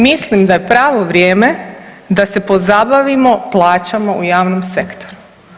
Mislim da je pravo vrijeme da se pozabavimo plaćama u javnom sektoru.